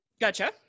Gotcha